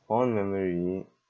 fond memory